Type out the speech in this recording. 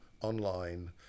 online